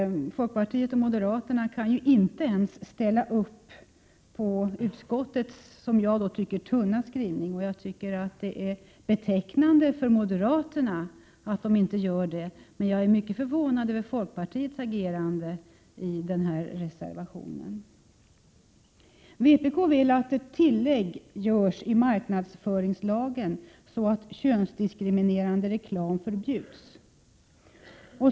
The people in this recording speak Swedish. Folkpartiet och moderaterna kan inte ens gå med på utskottets, som jag tycker, tunna skrivning. Det är betecknande för moderaterna att de inte gör det, men jag är mycket förvånad över folkpartiets agerande i denna reservation. Vpk vill att ett tillägg görs i marknadsföringslagen så att könsdiskriminerande reklam förbjuds.